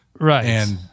right